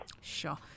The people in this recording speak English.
Sure